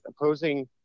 opposing